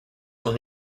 will